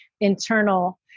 internal